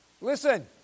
Listen